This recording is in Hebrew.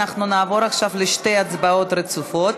אנחנו נעבור עכשיו לשתי הצבעות רצופות.